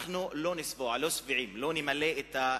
אנחנו לא נשבע, לא נהיה שבעים, לא נמלא את הקיבה".